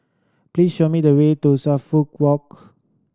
please show me the way to Suffolk Walk